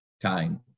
time